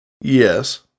Yes